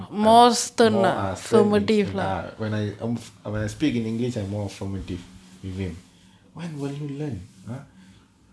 more are turn in lah when I am I am speaking english I more formative we win when will you learn ah